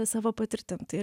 savo patirtim tai